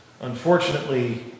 unfortunately